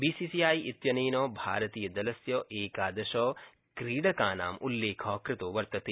BCCI इत्यनेन भारतीयदलस्य एकादशक्रीडकानां उल्लेख कृतो वर्तने